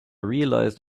realized